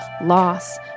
loss